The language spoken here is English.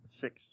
Six